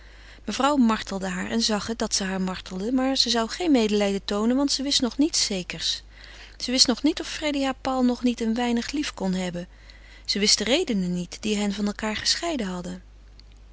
mevrouw martelde haar en zag het dat ze haar martelde maar ze zou geen medelijden toonen want ze wist nog niets zekers ze wist nog niet of freddy haar paul nog niet een weinig lief kon hebben ze wist de redenen niet die hen van elkaâr gescheiden hadden